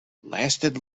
lasted